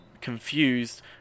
confused